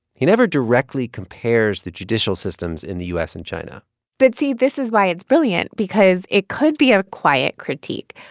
he never directly compares the judicial systems in the u s. and china but see, this is why it's brilliant because it could be a quiet critique,